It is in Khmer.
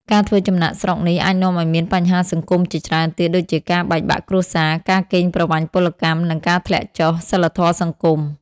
ការធ្វើចំណាកស្រុកនេះអាចនាំឱ្យមានបញ្ហាសង្គមជាច្រើនទៀតដូចជាការបែកបាក់គ្រួសារ ការកេងប្រវ័ញ្ចពលកម្ម និងការធ្លាក់ចុះសីលធម៌សង្គម។